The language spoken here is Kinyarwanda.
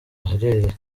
aherereye